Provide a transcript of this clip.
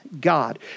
God